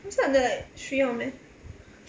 it's not like 需要 meh